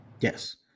Yes